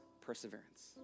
perseverance